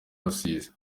rusizi